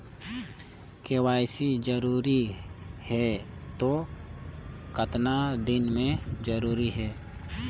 KYC जरूरी हे तो कतना दिन मे जरूरी है?